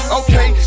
okay